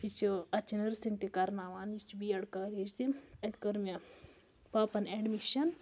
یہِ چھِ اَتہِ چھِنہٕ نرسِنٛگ تہِ کرناوان یہِ چھِ بی اٮ۪ڈ کالیج تہِ اَتہِ کٔر مےٚ پاپَن اٮ۪ڈمِشَن